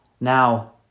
Now